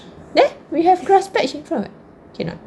there we have grass patch if not